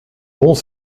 bons